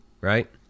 right